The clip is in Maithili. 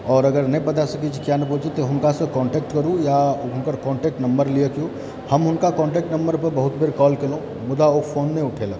आओर अगर नहि बता सकय छी किआ नहि पहुँचल तऽ हुनकासँ कॉन्टेक्ट करू या हुनकर कॉन्टेक्ट नंबर लिअ हम हुनका कॉन्टेक्ट नंबरपर बहुत बेर कॉल केलहुँ मुदा ओ फ़ोन नहि उठेलक